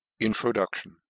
INTRODUCTION